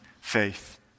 faith